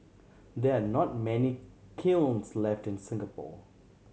there are not many kilns left in Singapore